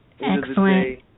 Excellent